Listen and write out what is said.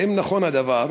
1. האם נכון הדבר?